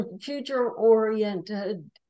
future-oriented